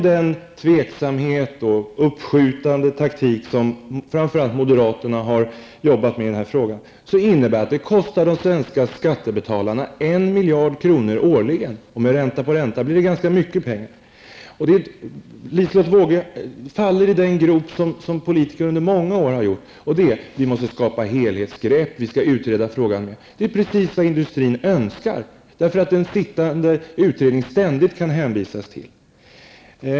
Den tveksamhet och uppskjutande taktik som framför allt moderaterna har kännetecknats av i denna fråga har inneburit att det kostar de svenska skattebetalarna en miljard kronor årligen. Med ränta på ränta blir det ganska mycket pengar. Liselotte Wågö faller i samma grop som politiker gjort under många år när man sagt: Vi måsta skapa helhetsgrepp, vi skall utreda frågan. Det är precis vad industrin önskar. En sittande utredning kan det ständigt hänvisas till.